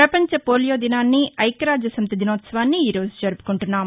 ప్రపంచ పోలియో దినాన్ని ఐక్యరాజ్యసమితి దినోత్సవాన్ని ఈ రోజు జరువుకుంటున్నాం